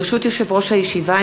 ברשות יושב-ראש הישיבה,